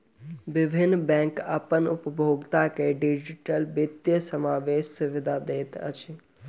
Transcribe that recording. विभिन्न बैंक अपन उपभोगता के डिजिटल वित्तीय समावेशक सुविधा दैत अछि